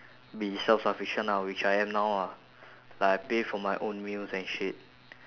be self sufficient ah which I am now ah like I pay for my own meals and shit